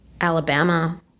Alabama